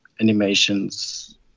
animations